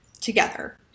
together